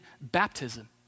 baptism